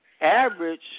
average